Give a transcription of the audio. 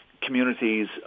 communities